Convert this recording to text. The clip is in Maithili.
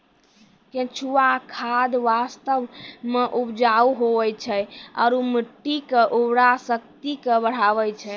केंचुआ खाद वास्तव मे उपजाऊ हुवै छै आरू मट्टी के उर्वरा शक्ति के बढ़बै छै